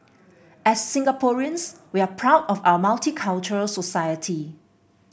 as Singaporeans we're proud of our multicultural society